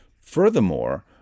Furthermore